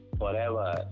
forever